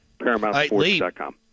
ParamountSports.com